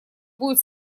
будет